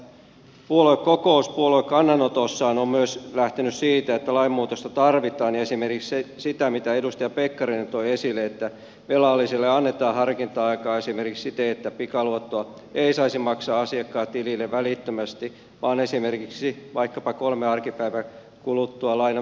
keskustan puoluekokous puoluekannanotossaan on myös lähtenyt siitä että lainmuutosta tarvitaan ja esimerkiksi siitä minkä edustaja pekkarinen toi esille että velalliselle annetaan harkinta aikaa esimerkiksi siten että pikaluottoa ei saisi maksaa asiakkaan tilille välittömästi vaan esimerkiksi vaikkapa kolmen arkipäivän kuluttua lainan myöntämisestä